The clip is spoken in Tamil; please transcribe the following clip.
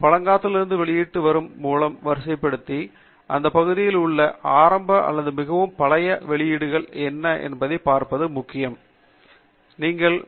பழங்காலத்திலிருக்கும் வெளியீட்டு தேதி மூலம் வரிசைப்படுத்தி இந்த பகுதியில் உள்ள ஆரம்ப அல்லது மிகவும் பழைய வெளியீடுகள் என்ன என்பதைப் பார்ப்பது முக்கியம் எனவே இந்த குறிப்பிட்ட ஆராய்ச்சி பகுதி எவ்வாறு தொடங்கப்பட்டது என்பதை நீங்கள் பார்க்கலாம்